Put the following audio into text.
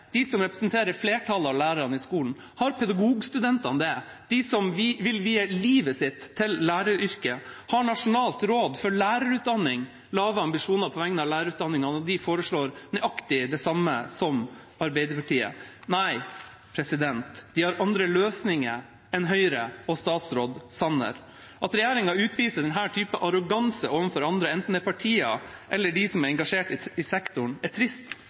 Har Pedagogstudentene – de som vil vie livet sitt til læreryrket – det? Har Nasjonalt råd for lærerutdanning lave ambisjoner på vegne av lærerutdanningene når de foreslår nøyaktig det samme som Arbeiderpartiet? Nei, de har andre løsninger enn Høyre og statsråd Sanner. At regjeringa utviser denne typen arroganse overfor andre, enten det er partier eller de som er engasjert i sektoren, er trist,